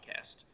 Podcast